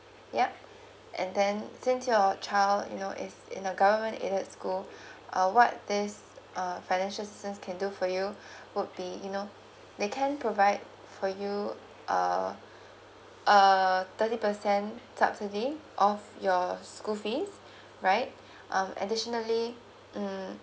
yup and then since your child you know is in the government aided school uh what this uh financial assistant can do for you would be you know they can provide for you uh uh thirty percent subsidy of your school fees right um additionally mm